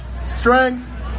strength